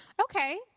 Okay